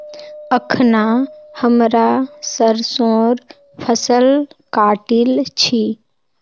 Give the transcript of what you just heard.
अखना हमरा सरसोंर फसल काटील छि